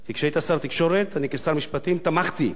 אני כשר המשפטים תמכתי בעמדה שלך,